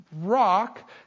rock